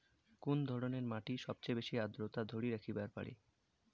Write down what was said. কুন ধরনের মাটি সবচেয়ে বেশি আর্দ্রতা ধরি রাখিবার পারে?